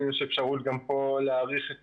האם יש אפשרות להאריך את